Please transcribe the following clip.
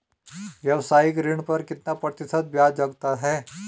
व्यावसायिक ऋण पर कितना प्रतिशत ब्याज लगता है?